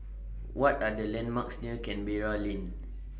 What Are The landmarks near Canberra Lane